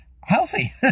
healthy